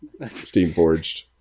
Steamforged